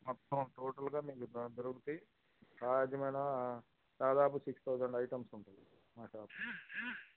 మొత్తం టోటల్గా మీకు దొ దొరుకుతాయి సాధ్యమైన దాదాపు సిక్స్ థౌసండ్ ఐటెమ్స్ ఉంటాయి మా షాప్లో